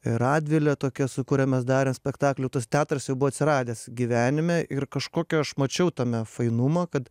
radvilė tokia su kuria mes darėm spektaklių tas teatras jau buvo atsiradęs gyvenime ir kažkokį aš mačiau tame fainumą kad